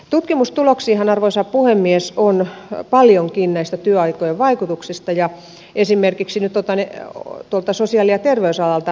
tutkimustuloksissahan arvoisa puhemies on paljon kiinni näistä työaikojen vaikutuksista ja otan nyt sosiaali ja terveysalalta esimerkin